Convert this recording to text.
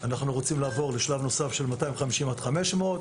אנחנו רוצים לעבור לשלב נוסף של 250 עד 500,